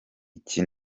iki